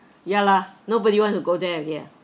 ya lah nobody want to go there already ah